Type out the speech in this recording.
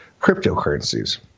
cryptocurrencies